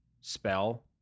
spell